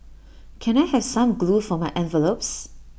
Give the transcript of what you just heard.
can I have some glue for my envelopes